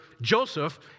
Joseph